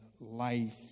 life